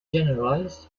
generalized